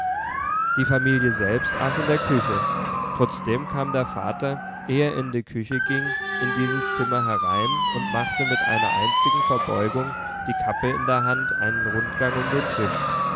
die familie selbst aß in der küche trotzdem kam der vater ehe er in die küche ging in dieses zimmer herein und machte mit einer einzigen verbeugung die kappe in der hand einen rundgang um den tisch